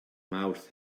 mawrth